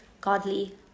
godly